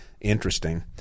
interesting